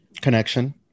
connection